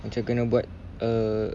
macam kena buat err